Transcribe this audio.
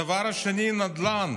הדבר השני, נדל"ן.